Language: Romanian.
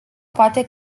poate